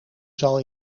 zal